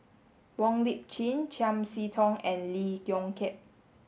Wong Lip Chin Chiam See Tong and Lee Yong Kiat